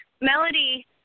Melody